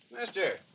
mister